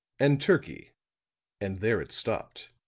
and turkey and there it stopped.